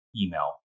email